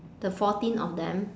the fourteen of them